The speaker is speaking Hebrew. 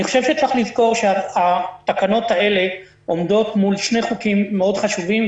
אני חושב שצריך לזכור שהתקנות האלה עומדות מול שני חוקים מאוד חשובים,